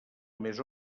més